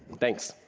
thanks.